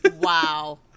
Wow